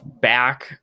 back